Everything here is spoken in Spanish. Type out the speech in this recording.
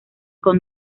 con